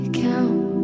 count